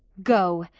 go,